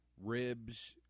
Ribs